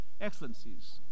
Excellencies